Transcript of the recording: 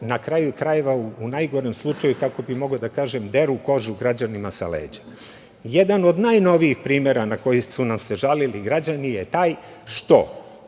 na kraju krajeva u najgorem slučaju, ako bih mogao da kažem, deru kožu građanima sa leđa. Jedan od najnovijih primera na koji su nam se žalili građani je taj što